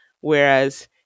whereas